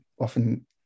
often